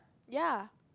ya